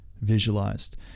visualized